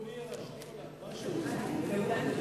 כן.